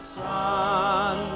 sun